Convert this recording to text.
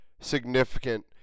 significant